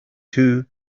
too